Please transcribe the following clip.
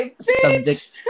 Subject